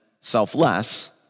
selfless